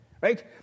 Right